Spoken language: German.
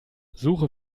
suche